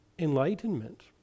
Enlightenment